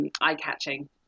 eye-catching